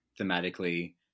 thematically